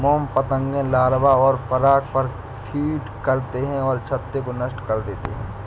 मोम पतंगे लार्वा और पराग पर फ़ीड करते हैं और छत्ते को नष्ट कर देते हैं